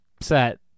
set